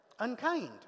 unkind